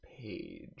page